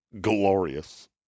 glorious